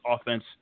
offense